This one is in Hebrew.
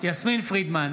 יסמין פרידמן,